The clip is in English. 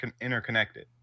interconnected